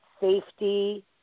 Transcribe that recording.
safety